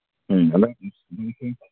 അല്ല എന്താണ് വിളിച്ചത്